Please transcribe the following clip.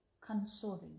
consoling